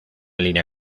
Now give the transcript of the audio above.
línea